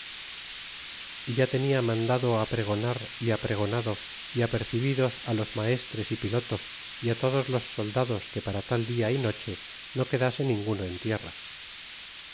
e ya tenia mandado apregonar é apregonado ó apercebidos a los maestres y pilotos y todos los soldados que para tal dia y noche no quedase ninguno en tierra